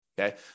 okay